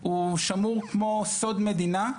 הוא שמור כמו סוד מדינה.